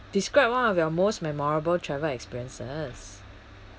describe one of your most memorable travel experiences